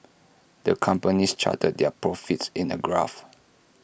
the company charted their profits in A graph